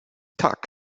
tak